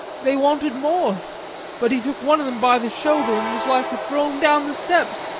they wanted more but e took one of them by the shoulder and was like to throw im down the steps,